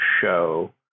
show